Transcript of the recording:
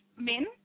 men